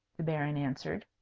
the baron answered.